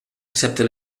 excepte